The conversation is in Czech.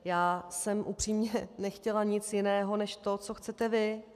Já jsem upřímně nechtěla nic jiného než to, co chcete vy.